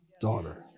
daughter